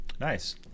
Nice